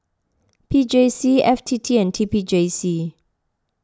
P J C F T T and T P J C